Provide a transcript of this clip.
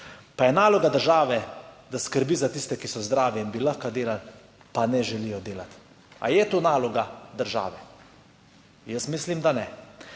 Pa je naloga države, da skrbi za tiste, ki so zdravi in bi lahko delali, pa ne želijo delati. Ali je to naloga države? Jaz mislim, da ne.